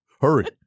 Hurry